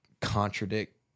contradict